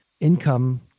income